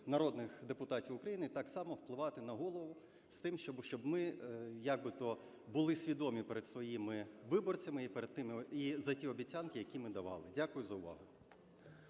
народних депутатів України так само впливати на Голову з тим, щоб ми якби-то були свідомі перед своїми виборцями і перед тими… і за ті обіцянки, які ми давали. Дякую за увагу.